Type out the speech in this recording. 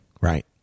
right